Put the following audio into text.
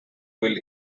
will